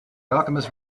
alchemist